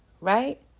right